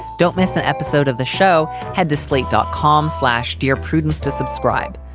don't miss an episode of the show head to slate dot com, slash dear prudence to subscribe.